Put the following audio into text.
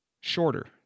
shorter